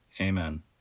Amen